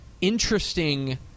interesting